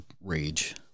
rage